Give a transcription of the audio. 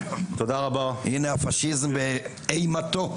הנה הפשיזם באימתו.